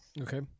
Okay